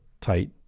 tight